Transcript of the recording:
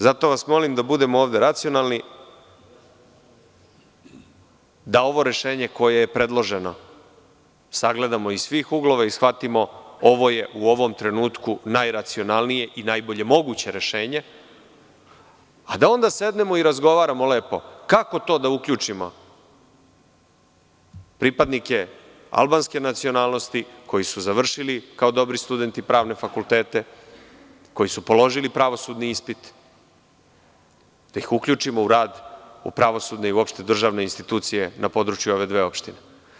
Zato vas molim da budemo ovde racionalni, da ovo rešenje koje je ovde predloženo sagledamo iz svih uglova i shvatimo, ovo je u ovom trenutku najracionalnije i najbolje moguće rešenje, a da onda sednemo i razgovaramo lepo, kako to da uključimo pripadnike albanske nacionalnosti koji su završili kao dobri studenti pravne fakultete, koji su položili pravosudni ispit, da ih uključimo u rad pravosudnih institucija, državnih, na području ove dve opštine.